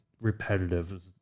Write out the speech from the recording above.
repetitive